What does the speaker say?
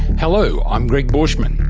hello, i'm gregg borschmann,